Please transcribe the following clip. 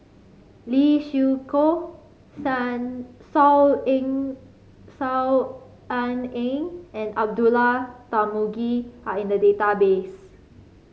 Lee Siew Choh Saw Saw Ean Ang and Abdullah Tarmugi are in the database